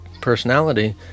personality